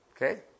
Okay